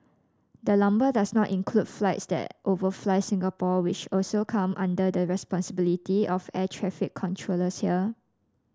the number does not include flights that overfly Singapore which also come under the responsibility of air traffic controllers here